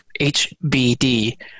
hbd